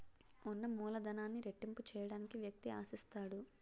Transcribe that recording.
ఉన్న మూలధనాన్ని రెట్టింపు చేయడానికి వ్యక్తి ఆశిస్తాడు